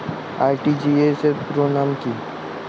RTGS পুরো নাম কি?